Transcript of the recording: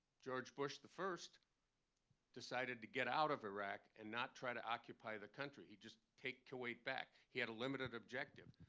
george bush the first decided to get out of iraq and not try to occupy the country. he'd just take kuwait back. he had a limited objective.